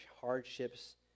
hardships